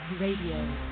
Radio